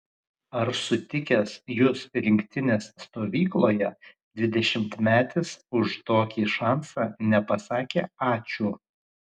ar sutikęs jus rinktinės stovykloje dvidešimtmetis už tokį šansą nepasakė ačiū